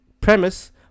premise